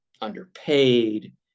underpaid